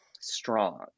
strong